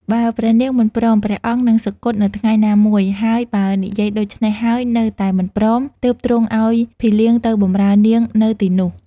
បើព្រះនាងមិនព្រម ព្រះអង្គនឹងសុគតនៅថ្ងៃណាមួយ ហើយបើនិយាយដូច្នេះហើយនៅតែមិនព្រម ទើបទ្រង់ឱ្យភីលៀងនៅបម្រើនាងនៅទីនោះ។